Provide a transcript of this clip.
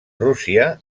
rússia